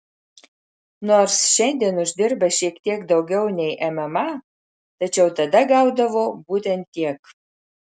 nors šiandien uždirba šiek tiek daugiau nei mma tačiau tada gaudavo būtent tiek